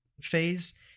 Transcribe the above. phase